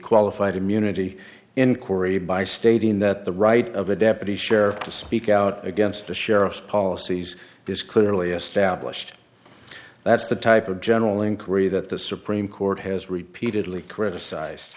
qualified immunity inquiry by stating that the right of a deputy sheriff to speak out against the sheriff's policies is clearly established that's the type of general inquiry that the supreme court has repeatedly criticized